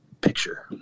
picture